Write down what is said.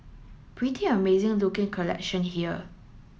pretty amazing looking collection here